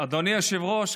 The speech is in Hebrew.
אדוני היושב-ראש,